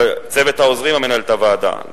לצוות העוזרים למנהלת הוועדה,